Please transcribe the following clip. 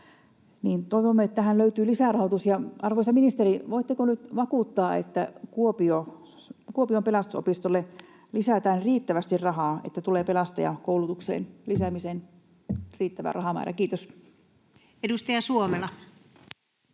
Toivomme, että tähän löytyy lisärahoitus. Arvoisa ministeri, voitteko nyt vakuuttaa, että Kuopion Pelastusopistolle lisätään riittävästi rahaa, että tulee pelastajakoulutuksen lisäämiseen riittävä rahamäärä? — Kiitos. [Speech